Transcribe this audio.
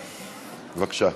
בבקשה.